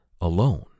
alone